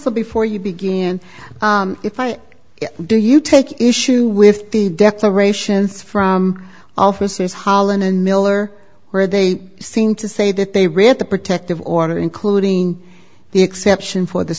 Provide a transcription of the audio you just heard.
counsel before you begin if i do you take issue with the declarations from officers hollin and miller where they seem to say that they read the protective order including the exception for the